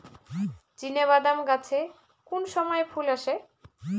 চিনাবাদাম গাছে কোন সময়ে ফুল আসে?